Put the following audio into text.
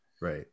right